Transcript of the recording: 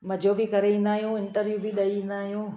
मज़ो बि करे ईंदा आहियूं इंटरव्यू बि ॾेई ईंदा आहियूं